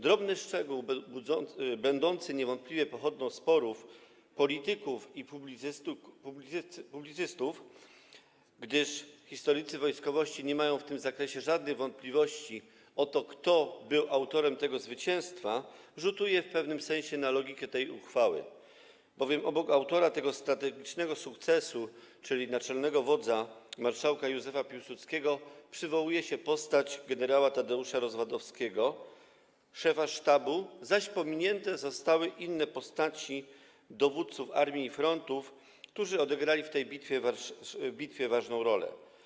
Drobny szczegół będący niewątpliwie pochodną sporów polityków i publicystów, gdyż historycy wojskowości nie mają w tym zakresie żadnych wątpliwości co do tego, kto bym autorem tego zwycięstwa, rzutuje w pewnym sensie na logikę tej uchwały, bowiem obok autora tego strategicznego sukcesu, czyli naczelnego wodza, marszałka Józefa Piłsudskiego, przywołuje się postać gen. Tadeusza Rozwadowskiego, szefa sztabu, zaś pominięte zostały inne postaci dowódców armii i frontów, którzy odegrali w tej bitwie ważną rolę.